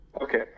Okay